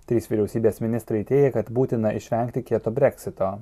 trys vyriausybės ministrai teigia kad būtina išvengti kieto breksito